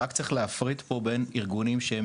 רק צריך להפריד פה בין ארגונים שהם